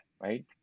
Right